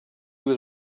was